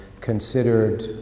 considered